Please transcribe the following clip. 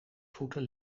voeten